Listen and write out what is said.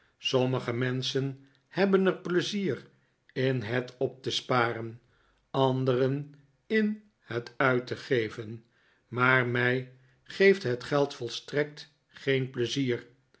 sommige menschen hebben er pleizier in het op te sparen anderen in het uit te geven maar mij geeft het geld volstrekt geen pleizier